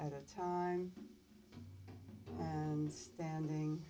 at a time and standing